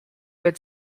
had